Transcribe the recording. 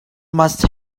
must